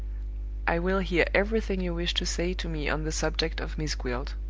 i will hear everything you wish to say to me on the subject of miss gwilt.